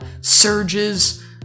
Surge's